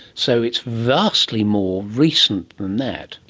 so it's vastly more recent than that.